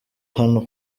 hano